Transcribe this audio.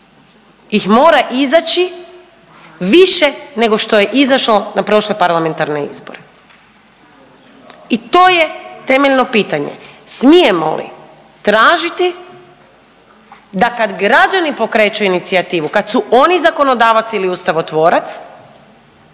ih mora izaći više nego što je izašlo na prošle parlamentarne izbore i to je temeljno pitanje, smijemo li tražiti da kad građani pokreću inicijativu, kad su oni zakonodavac ili ustavotvorac